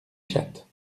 chatte